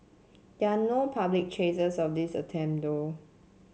there are no public traces of these attempt though